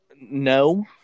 No